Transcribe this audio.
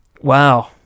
Wow